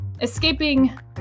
escaping